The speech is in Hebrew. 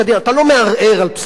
אתה לא מערער על פסק-הדין.